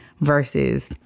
versus